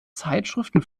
zeitschriften